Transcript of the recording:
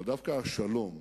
אבל דווקא השלום,